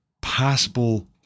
possible